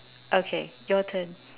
okay your turn